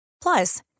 Plus